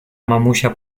mamusia